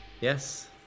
yes